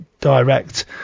direct